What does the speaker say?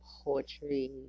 poetry